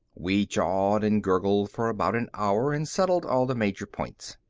we jawed and gurgled for about an hour and settled all the major points.